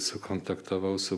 sukontaktavau su